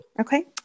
Okay